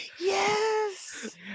yes